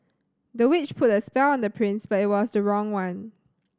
the witch put a spell on the prince but it was the wrong one